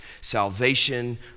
salvation